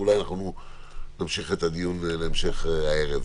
ואולי אנחנו נמשיך את הדיון בהמשך הערב,